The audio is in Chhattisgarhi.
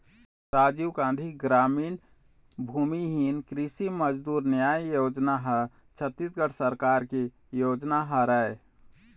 राजीव गांधी गरामीन भूमिहीन कृषि मजदूर न्याय योजना ह छत्तीसगढ़ सरकार के योजना हरय